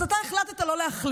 אז אתה החלטת לא להחליט.